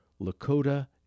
Lakota